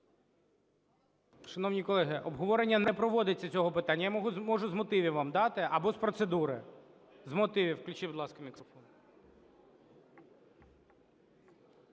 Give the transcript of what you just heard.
Шановні колеги, обговорення не проводиться цього питання. Я можу з мотивів вам дати або з процедури. З мотивів. Включіть, будь ласка, мікрофон.